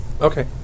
Okay